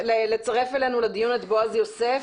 זאת הזדמנות מצוינת לצרף אלינו לדיון את בועז יוסף,